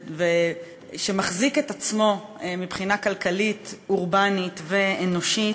ושמחזיק את עצמו מבחינה כלכלית, אורבנית ואנושית,